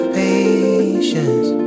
patience